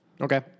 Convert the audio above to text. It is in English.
Okay